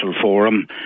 forum